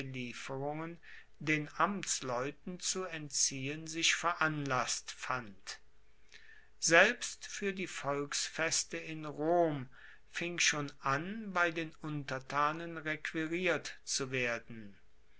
lieferungen den amtsleuten zu entziehen sich veranlasst fand selbst fuer die volksfeste in rom fing schon an bei den untertanen requiriert zu werden